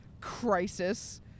crisis